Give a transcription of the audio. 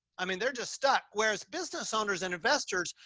i mean, they're just stuck. whereas business owners and investors,